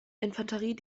infanterie